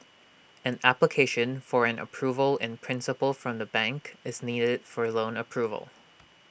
an application for an approval in principle from the bank is needed for loan approval